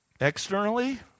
externally